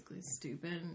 stupid